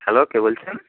hello কে বলছেন